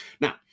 now